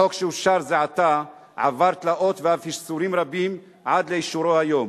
החוק שאושר זה עתה עבר תלאות ואף ייסורים רבים עד לאישורו היום.